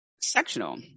sectional